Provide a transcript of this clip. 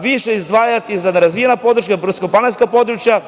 više izdvajati za nerazvijena područja, brdsko-planinska područja